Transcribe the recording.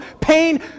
Pain